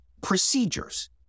procedures